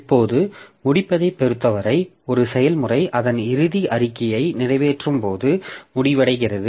இப்போது முடிப்பதைப் பொறுத்தவரை ஒரு செயல்முறை அதன் இறுதி அறிக்கையை நிறைவேற்றும்போது முடிவடைகிறது